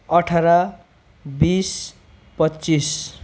अठार बिस पच्चिस